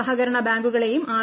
സഹകരണ ബാങ്കുകളെയും ആർ